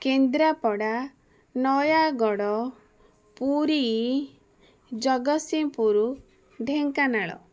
Kendrapara Nayagarh Puri Jagatsinghpur Dhenkanal